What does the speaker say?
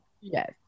yes